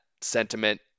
sentiment